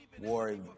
war